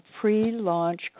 pre-launch